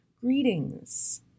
Greetings